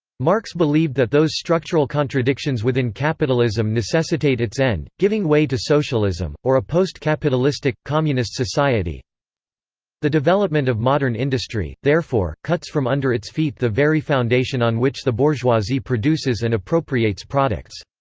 marx believed that those structural contradictions within capitalism necessitate its end, giving way to socialism, or a post-capitalistic, communist society the development of modern industry, therefore, cuts from under its feet the very foundation on which the bourgeoisie produces and appropriates products.